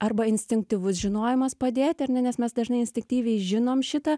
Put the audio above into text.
arba instinktyvus žinojimas padėti ar ne nes mes dažnai instinktyviai žinom šitą